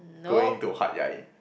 going to Hat-Yai